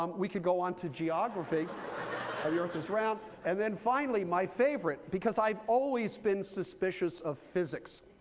um we could go on to geography, how the earth is round. and then finally, my favorite, because i've always been suspicious of physics.